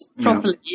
properly